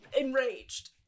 enraged